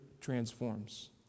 Transforms